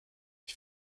ich